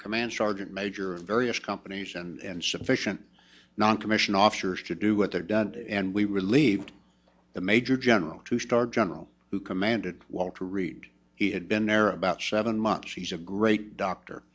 a command sergeant major various companies and sufficient noncommissioned officers to do what they're done and we relieved a major general two star general who commanded walter reed he had been there about seven months she's a great doctor